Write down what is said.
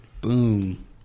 Boom